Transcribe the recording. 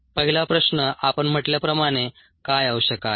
पहिला प्रश्न आपण म्हटल्याप्रमाणे काय आवश्यक आहे